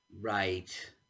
Right